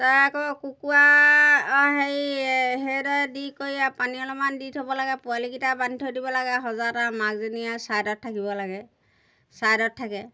তাৰ আকৌ কুকুৰা হেৰি সেইদৰে দি কৰি পানী অলপমান দি থ'ব লাগে পোৱালিকেইটা বান্ধি থৈ দিব লাগে সঁজাত আৰু মাকজনীয়ে ছাইডত থাকিব লাগে ছাইডত থাকে